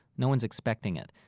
no one's expecting it.